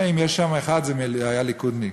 אם יש אחד, הוא היה ליכודניק,